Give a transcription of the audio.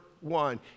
one